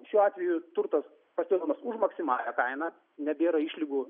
šiuo atveju turtas parduodamas už maksimalią kainą nebėra išlygų